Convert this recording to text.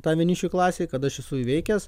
tą vienišių klasėj kad aš esu įveikęs